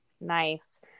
Nice